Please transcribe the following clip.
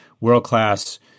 world-class